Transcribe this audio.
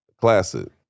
classic